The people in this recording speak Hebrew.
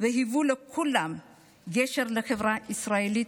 האמינו בי והיוו לכולם גשר לחברה הישראלית.